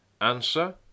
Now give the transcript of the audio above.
Answer